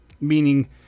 meaning